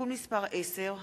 (תיקון מס' 10),